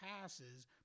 passes